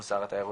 מול שר התיירות.